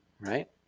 right